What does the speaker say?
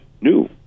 new